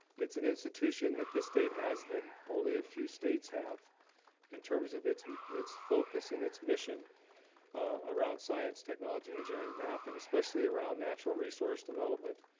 it's an institution that this state has that only a few states have in terms of its its focus and its mission around science, technology, engineering, math, and especially around natural resource development,